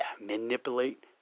manipulate